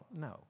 no